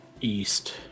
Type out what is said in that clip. east